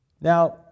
Now